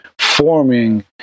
forming